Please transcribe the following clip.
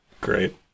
Great